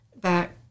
back